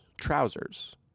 trousers